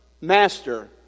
master